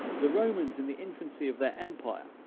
the romans in the infancy of their empire,